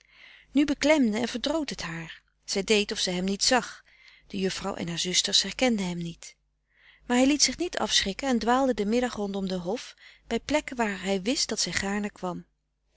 nu beklemde en verdroot het haar zij deed of zij hem niet zag de juffrouw en haar zusters herkenden hem niet maar hij liet zich niet afschrikken en dwaalde den middag rondom den hof bij plekken waar hij wist dat zij gaarne kwam